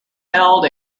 held